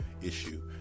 issue